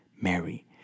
Mary